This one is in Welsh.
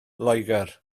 loegr